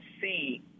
see